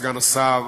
סגן השר,